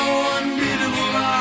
unbeatable